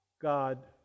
God